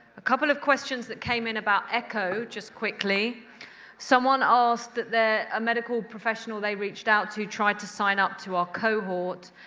a couple of questions that came in about echo, just quickly someone asked that they're a medical professional, they reached out to try to sign up to our cohort,